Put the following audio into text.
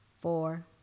four